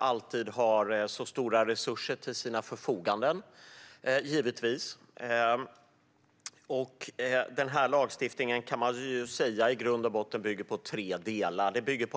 alltid har så stora resurser till sitt förfogande. Man kan säga att denna lagstiftning i grund och botten bygger på tre delar.